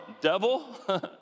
devil